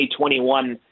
2021